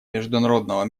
международного